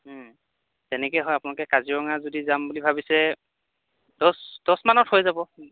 তেনেকৈ হয় আপোনালোকে কাজিৰঙা যদি যাম বুলি ভাবিছে দছ দছমানত হৈ যাব